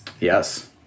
Yes